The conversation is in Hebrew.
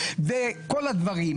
וכל הדברים,